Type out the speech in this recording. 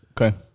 Okay